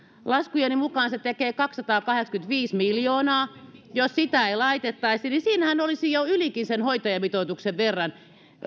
laskujeni mukaan se tekee kaksisataakahdeksankymmentäviisi miljoonaa jos sitä ei laitettaisi niin siinähän olisi jo ylikin sen hoitajamitoituksen verran